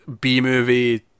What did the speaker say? B-movie